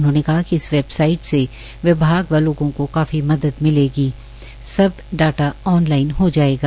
उन्होंने कहा कि वेवसाइट से विभाग व लोगों को काफी मदद मिलेगी सब डाटा ऑन लाइन हो जायेगा